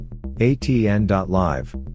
ATN.Live